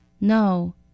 No